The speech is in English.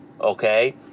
Okay